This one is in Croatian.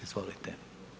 Izvolite.